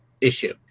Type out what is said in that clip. issue